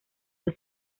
fue